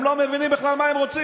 הם לא מבינים בכלל מה הם רוצים.